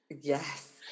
Yes